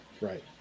right